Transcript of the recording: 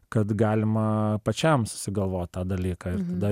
kad galima pačiam susigalvot tą dalyką ir tada